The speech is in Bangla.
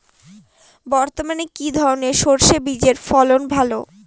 বর্তমানে কি ধরনের সরষে বীজের ফলন ভালো?